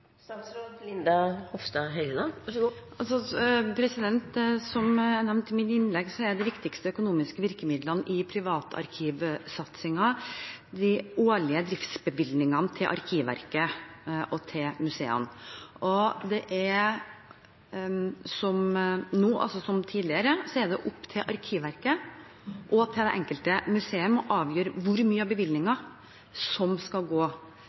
Som jeg nevnte i mitt innlegg, er de viktigste økonomiske virkemidlene i privatarkivsatsingen de årlige driftsbevilgningene til Arkivverket og til museene. Nå, som tidligere, er det opp til Arkivverket og det enkelte museum å avgjøre hvor mye av bevilgningen som skal gå